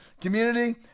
community